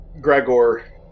Gregor